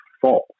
false